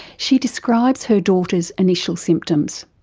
she describes her daughter's initial symptoms.